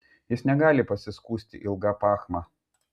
jis negali pasiskųsti ilga pachma